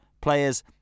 Players